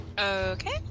Okay